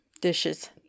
Dishes